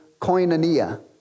koinonia